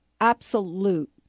absolute